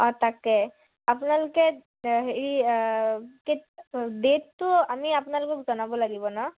অঁ তাকে আপোনালোকে হেৰি ডেটটো আমি আপোনালোকক জনাব লাগিব ন